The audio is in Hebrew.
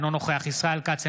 אינו נוכח ישראל כץ,